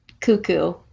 cuckoo